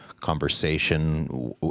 conversation